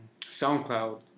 soundcloud